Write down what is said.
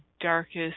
darkest